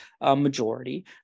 majority